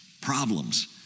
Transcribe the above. problems